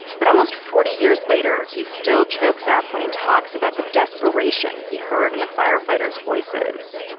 but almost forty years later, he still chokes up when he talks about the desperation he heard in the firefighters' voices.